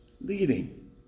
leading